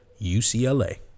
UCLA